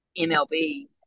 MLB